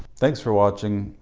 thanks for watching.